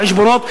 החשבונות,